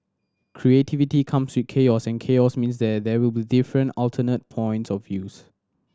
creativity come with chaos and chaos means there they will be different alternate points of views